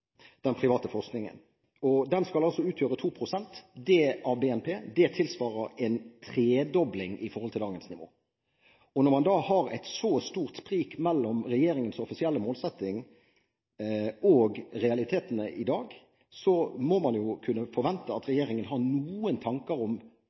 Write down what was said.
Den private forskningen skal utgjøre 2 pst. av BNP. Det tilsvarer en tredobling i forhold til dagens nivå. Når man har et så stort sprik mellom regjeringens offisielle målsetting og realitetene i dag, må man kunne forvente at